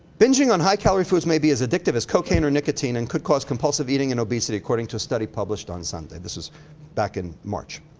binging on high-calorie foods may be as addictive as cocaine or nicotine and could cause compulsive eating and obesity, according to a study published on sunday. this was back in march.